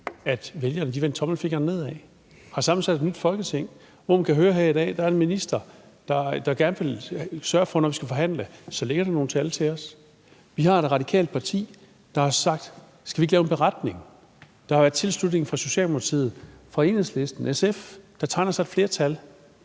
at vælgerne vendte tommelfingeren nedad og har sammensat et nyt Folketing, hvor man kan høre her i dag, at der er en minister, der gerne vil sørge for, når vi skal forhandle, at der ligger nogle tal til os. Vi har et radikalt parti, der har spurgt: Skal vi ikke lave en beretning? Der er tilslutning til det fra Socialdemokratiet, Enhedslisten, SF, og der tegner sig et flertal.